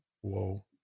whoa